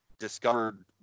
discovered